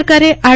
રાજ્ય સરકારે આર